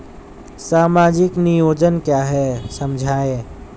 सामाजिक नियोजन क्या है समझाइए?